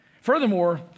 Furthermore